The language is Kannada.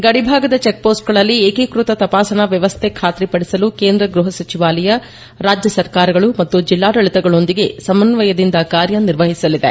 ಗಡಿ ಭಾಗದ ಚೆಕ್ ಪೋಸ್ಟ್ಗಳಲ್ಲಿ ಏಕೀಕೃತ ತಪಾಸಣಾ ವ್ಯವಸ್ಥೆ ಖಾತ್ರಿಪಡಿಸಲು ಕೇಂದ್ರ ಗ್ವಹ ಸಚಿವಾಲಯ ರಾಜ್ಯ ಸರ್ಕಾರಗಳು ಮತ್ತು ಜಿಲ್ತಾಡಳಿತಗಳೊಂದಿಗೆ ಸಮನ್ನಯದಿಂದ ಕಾರ್ಯ ನಿರ್ವಹಿಸಲಿದೆ